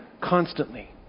constantly